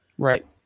Right